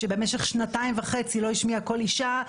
במשך שנתיים וחצי לא השמיע קול אישה,